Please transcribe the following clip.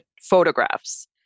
photographs